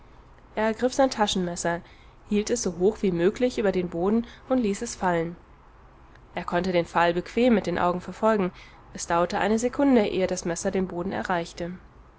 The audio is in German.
er ergriff sein taschenmesser hielt es so hoch wie möglich über den boden und ließ es fallen er konnte den fall bequem mit den augen verfolgen es dauerte eine sekunde ehe das messer den boden erreichte